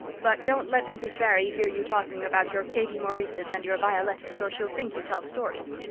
but don't let mrs. barry hear you talking about your katie maurices and your violettas or she'll think you tell stories.